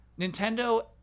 nintendo